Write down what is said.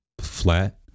flat